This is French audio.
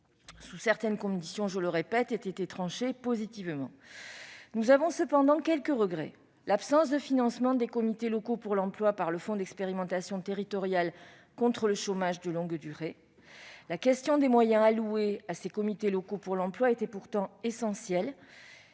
sous certaines conditions -ait été tranchée positivement. Nous avons cependant quelques regrets, notamment l'absence de financement des comités locaux pour l'emploi par le fonds d'expérimentation territoriale contre le chômage de longue durée. La question des moyens alloués à ces comités locaux pour l'emploi était pourtant essentielle